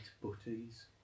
butties